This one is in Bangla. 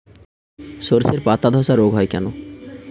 শর্ষের পাতাধসা রোগ হয় কেন?